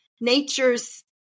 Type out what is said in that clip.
nature's